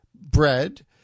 bread